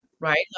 right